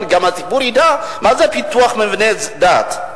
וגם שהציבור ידע מה זה פיתוח מבני דת.